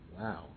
Wow